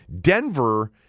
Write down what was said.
Denver